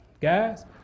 guys